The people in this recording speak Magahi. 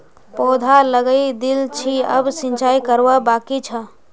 पौधा लगइ दिल छि अब सिंचाई करवा बाकी छ